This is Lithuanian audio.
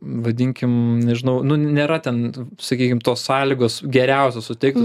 vadinkim nežinau nu nėra ten sakykim tos sąlygos geriausios suteiktos